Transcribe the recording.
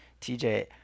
tj